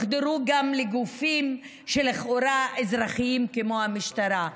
חדרו גם לגופים לכאורה אזרחיים כמו המשטרה.